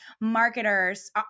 marketers